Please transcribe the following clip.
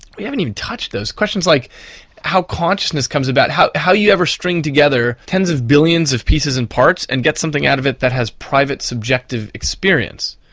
we haven't even touched those. questions like how consciousness comes about, how do you ever string together tens of billions of pieces and parts and get something out of it that has private subjective experience.